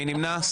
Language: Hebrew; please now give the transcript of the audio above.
מי נמנע?